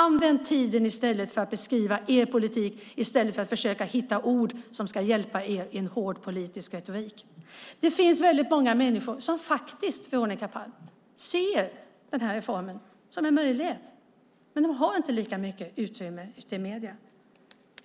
Använd tiden till att beskriva er politik i stället för att försöka hitta ord som ska hjälpa er i en hård politisk retorik! Det finns väldigt många människor, Veronica Palm, som faktiskt ser den här reformen som en möjlighet. Men de har inte lika mycket utrymme i medierna.